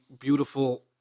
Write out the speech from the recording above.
beautiful